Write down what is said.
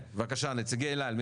בבקשה נציגי אל-על.